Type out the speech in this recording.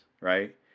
right